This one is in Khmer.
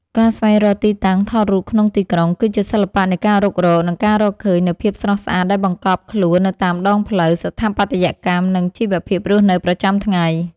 ការស្វែងរកទីតាំងថតរូបក្នុងទីក្រុង គឺជាសិល្បៈនៃការរុករក និងការរកឃើញនូវភាពស្រស់ស្អាតដែលបង្កប់ខ្លួននៅតាមដងផ្លូវ ស្ថាបត្យកម្ម និងជីវភាពរស់នៅប្រចាំថ្ងៃ។